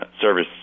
service